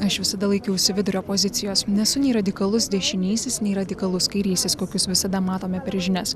aš visada laikiausi vidurio pozicijos nesu nei radikalus dešinysis nei radikalus kairysis kokius visada matome per žinias